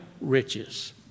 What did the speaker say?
riches